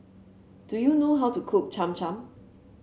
do you know how to cook Cham Cham